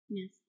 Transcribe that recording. yes